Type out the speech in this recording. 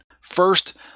First